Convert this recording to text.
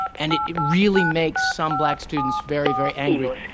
and it really makes some black students very, very angry.